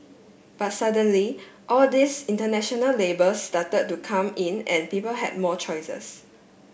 but suddenly all these international labels started to come in and people had more choices